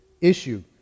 issue